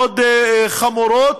מאוד חמורות.